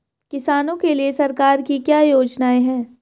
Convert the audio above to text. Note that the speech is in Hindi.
किसानों के लिए सरकार की क्या योजनाएं हैं?